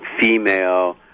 female